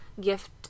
gift